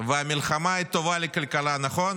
והמלחמה היא טובה לכלכלה, נכון?